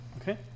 Okay